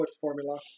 formula